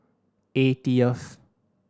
eightieth